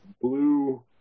blue